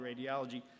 Radiology